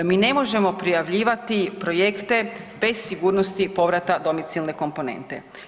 Mi ne možemo prijavljivati projekte bez sigurnosti povrata domicilne komponente.